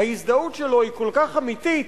ההזדהות שלו היא כל כך אמיתית,